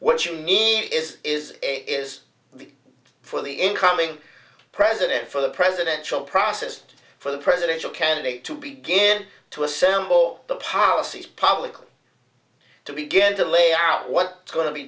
what you need is is a is for the incoming president for the presidential processed for the presidential candidate to begin to assemble the policies publicly to begin to lay out what is going to be